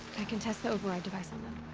i can test the override device on them.